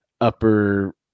upper